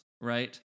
right